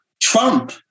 Trump